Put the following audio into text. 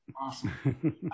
Awesome